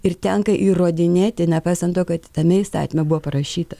ir tenka įrodinėti nepaisant to kad tame įstatyme buvo parašyta